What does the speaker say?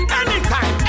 anytime